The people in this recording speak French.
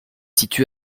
situé